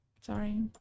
Sorry